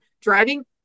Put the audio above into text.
driving